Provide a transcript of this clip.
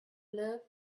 live